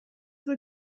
the